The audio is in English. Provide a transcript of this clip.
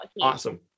Awesome